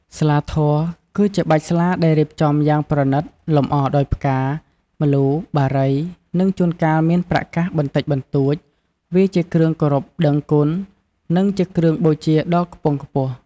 ស្លាធម៌ គឺជាបាច់ស្លាដែលរៀបចំយ៉ាងប្រណិត លម្អដោយផ្កា ម្លូ បារី និងជួនកាលមានប្រាក់កាសបន្តិចបន្តួច វាជាគ្រឿងគោរពដឹងគុណ និងជាគ្រឿងបូជាដ៏ខ្ពង់ខ្ពស់។